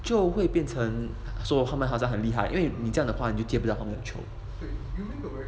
就会变成说他们好像很厉害因为你这样的话你就接不了他们的球